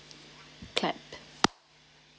clap